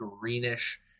greenish